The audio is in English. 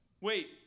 wait